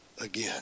again